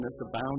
abounds